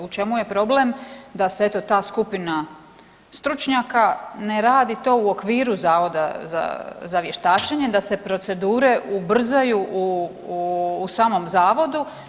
U čemu je problem da se eto ta skupina stručnjaka ne radi to u okviru Zavoda za vještačenje, da se procedure ubrzaju u samom zavodu.